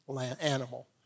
animal